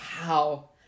wow